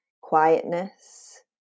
quietness